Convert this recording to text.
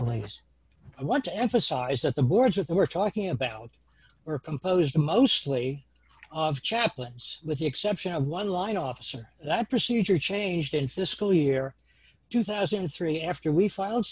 place i want to emphasize that the boards at the we're talking about are composed mostly of chaplains with the exception of one line officer that procedure changed in fiscal year two thousand and three after we filed